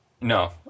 No